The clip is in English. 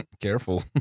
Careful